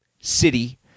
city